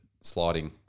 sliding